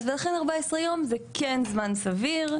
אז לכן 14 יום זה כן זמן סביר.